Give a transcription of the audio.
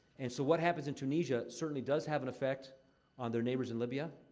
and so, what happens in tunisia certainly does have an effect on their neighbors in libya.